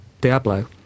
Diablo